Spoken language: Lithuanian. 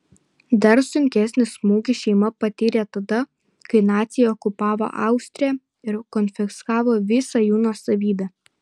dar sunkesnį smūgį šeima patyrė tada kai naciai okupavo austriją ir konfiskavo visą jų nuosavybę